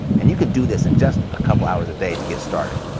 and you can do this in just a couple hours a day to get started.